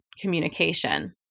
communication